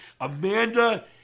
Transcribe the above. Amanda